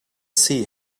sea